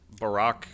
Barack